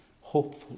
Hopeful